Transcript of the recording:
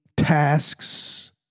tasks